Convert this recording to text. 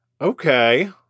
Okay